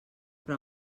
però